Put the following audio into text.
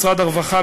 משרד הרווחה,